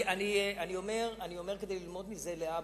אני אומר את זה כדי ללמוד מזה להבא.